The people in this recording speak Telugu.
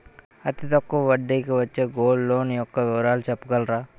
అతి తక్కువ వడ్డీ కి వచ్చే గోల్డ్ లోన్ యెక్క వివరాలు చెప్పగలరా?